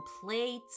plates